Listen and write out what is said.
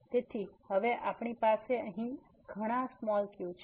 તેથી હવે આપણી પાસે અહીં ઘણા q છે